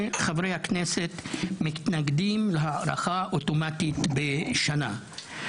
לכך שחברי הכנסת מתנגדים להארכה אוטומטית של שנה.